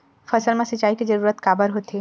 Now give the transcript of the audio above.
फसल मा सिंचाई के जरूरत काबर होथे?